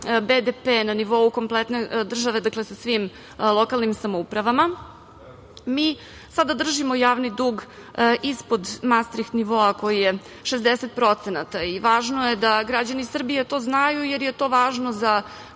BDP na nivou kompletne države sa svim lokalnim samoupravama. Mi sada držimo javni dug ispod mastriht nivoa koji je 60% i važno je da građani Srbije to znaju, jer je to važno za